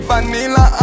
Vanilla